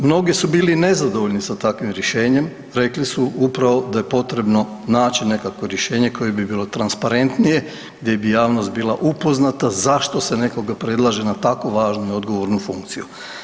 Mnogi su bili nezadovoljni sa takvim rješenjem, rekli su upravo da je potrebno naći nekakvo rješenje koje bi bilo transparentnije, gdje bi javnost bila upoznata zašto se nekoga predlaže na tako važnu i odgovornu funkciju.